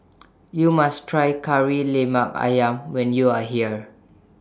YOU must Try Kari Lemak Ayam when YOU Are here